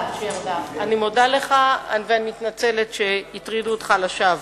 ואני מתנצלת על כך שהטרידו אותך לשווא.